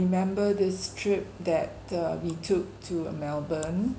remember this trip that uh we took to melbourne